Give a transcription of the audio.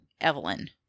Evelyn